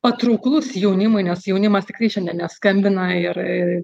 patrauklus jaunimui nes jaunimas tikrai šiandien neskambina ir